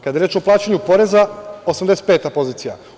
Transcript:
Kada je reč o plaćanju poreza - 85. pozicija.